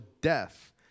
death